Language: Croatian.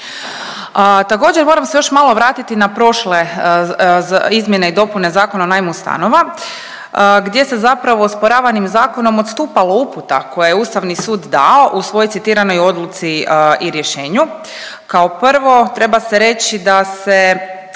Također moram se još malo vratiti na prošle izmjene i dopune Zakona o najmu stanova gdje se zapravo osporavanim zakonom odstupalo uputa koje je Ustavni sud dao u svojoj citiranoj odluci i rješenju. Kao prvo treba se reći da su